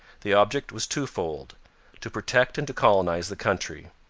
the object was twofold to protect and to colonize the country.